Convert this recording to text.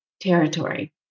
territory